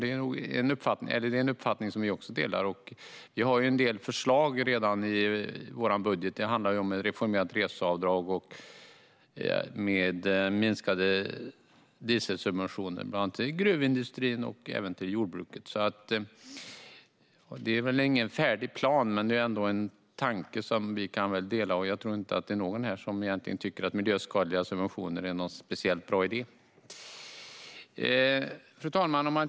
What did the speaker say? Det är en uppfattning som vi också delar. Vi har en del förslag redan i vår budget. Det handlar om ett reformerat reseavdrag och minskade dieselsubventioner till bland annat gruvindustrin och jordbruket. Det är ingen färdig plan, men det är ändå en tanke som vi kan dela. Och jag tror inte att det är någon här som egentligen tycker att miljöskadliga subventioner är någon speciellt bra idé. Fru talman!